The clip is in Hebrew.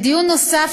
בדיון נוסף,